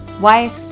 wife